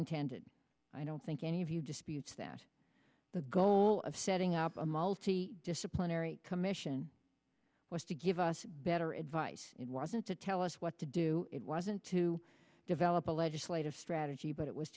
intended i don't think any of you disputes that the goal of setting up a multi disciplinary commission was to give us better advice it wasn't to tell us what to do it wasn't to develop a legislative strategy but it was